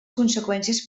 conseqüències